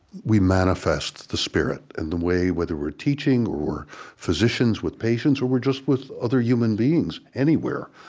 we manifest the spirit and the way whether we're teaching, or we're physicians with patients, or we're just with other human beings anywhere.